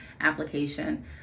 application